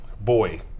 Boy